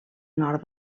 nord